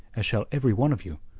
as shall every one of you.